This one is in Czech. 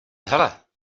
hele